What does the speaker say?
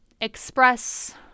express